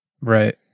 Right